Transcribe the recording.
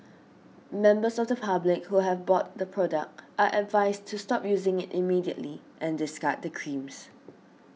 members of the public who have bought the product are advised to stop using it immediately and discard the creams